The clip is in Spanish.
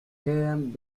quedan